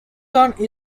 rude